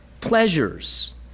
pleasures